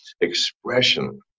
expression